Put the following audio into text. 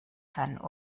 seinen